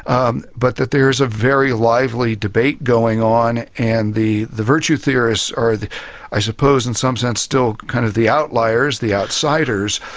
um but that there is a very lively debate going on and the the virtue theorists are i suppose in some sense still kind of the outliers, the outsiders.